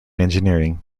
engineering